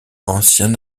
ancien